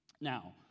Now